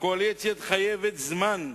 הקואליציה צריכה זמן,